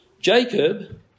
Jacob